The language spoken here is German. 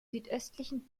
südöstlichen